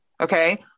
Okay